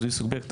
סוג ב',